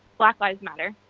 black lives matter,